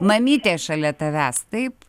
mamytė šalia tavęs taip